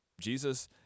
Jesus